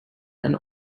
and